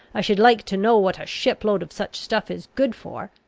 i should like to know what a ship-load of such stuff is good for.